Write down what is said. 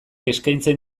eskaintzen